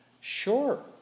Sure